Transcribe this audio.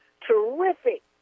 terrific